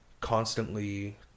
constantly